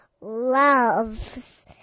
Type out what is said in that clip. loves